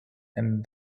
and